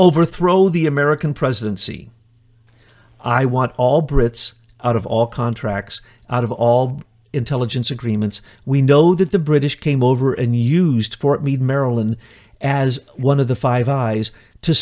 overthrow the american presidency i want all brits out of all contracts out of all intelligence agreements we know that the british came over and used for maryland as one of the five guys to